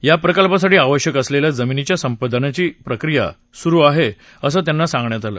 या प्रकल्पासाठी आवश्यक असलेल्या जमिनीच्या संपादनाची प्रक्रिया सुरू आहे असं त्यांना सांगण्यात आलं